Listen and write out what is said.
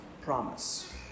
promise